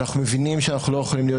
אנחנו מבינים שאנחנו לא יכולים להיות